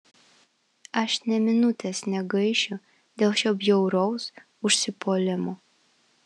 aš nė minutės negaišiu dėl šio bjauraus užsipuolimo